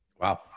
wow